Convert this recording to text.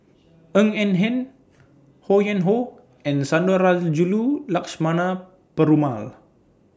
Ng Eng Hen Ho Yuen Hoe and Sundarajulu Lakshmana Perumal